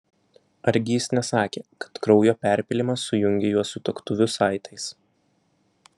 argi jis nesakė kad kraujo perpylimas sujungė juos sutuoktuvių saitais